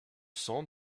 sang